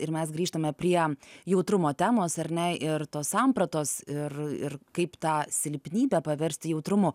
ir mes grįžtame prie jautrumo temos ar ne ir tos sampratos ir ir kaip tą silpnybę paversti jautrumu